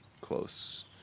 close